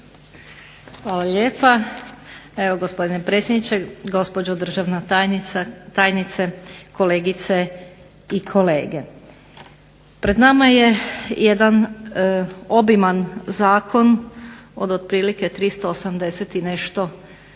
Hvala lijepa. Evo gospodine predsjedniče, gospođo državna tajnice, kolegice i kolege. Pred nama je jedan obiman zakon od otprilike 380 i nešto članaka,